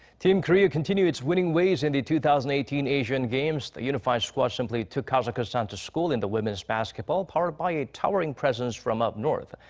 team korea continue its winning ways in the two thousand and eighteen asian games. the unified squad simply took kazakhstan to school in the women's basketball, powered by a towering presence from up north.